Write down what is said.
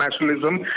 nationalism